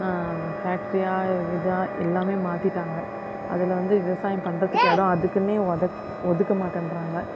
ஃபேக்ட்ரியாக இதாக எல்லாமே மாத்திட்டாங்கள் அதில் வந்து விவசாயம் பண்ணுறதுக்கு இடம் அதுக்குன்னே ஒதக் ஒதுக்க மாட்டேன்றாங்கள்